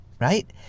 right